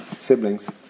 siblings